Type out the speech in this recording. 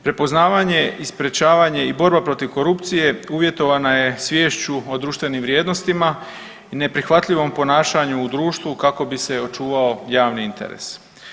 Prepoznavanje i sprječavanje i borba protiv korupcije uvjetovana je sviješću o društvenim vrijednostima i neprihvatljivom ponašanju u društvu kako bi se očuvao javni interes.